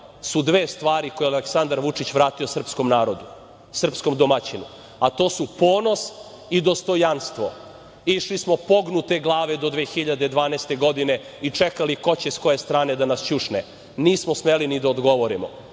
su dve stvari koje je Aleksandar Vučić vratio srpskom narodu, srpskom domaćinu, a to su ponos i dostojanstvo. Išli smo pognute glave do 2012. godine i čekali ko će s koje strane da nas ćušne. Nismo smeli ni da odgovorimo.